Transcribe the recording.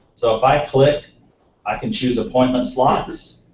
so if i click i can choose appointment slots.